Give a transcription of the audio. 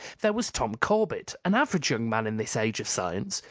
there was tom corbett, an average young man in this age of science,